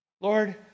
Lord